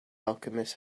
alchemist